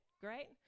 Great